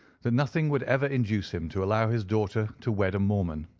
that nothing would ever induce him to allow his daughter to wed a mormon.